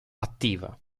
attiva